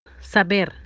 Saber